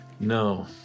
No